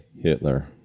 Hitler